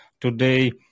today